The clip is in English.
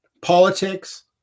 politics